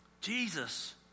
Jesus